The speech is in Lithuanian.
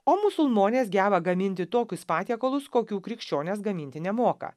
o musulmonės geba gaminti tokius patiekalus kokių krikščionės gaminti nemoka